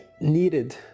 needed